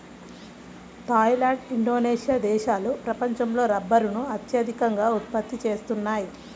Thai land, Indonesia దేశాలు ప్రపంచంలో రబ్బరును అత్యధికంగా ఉత్పత్తి చేస్తున్నాయి